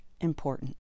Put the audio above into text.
important